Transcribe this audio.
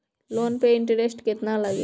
Loan पे interest केतना लागी?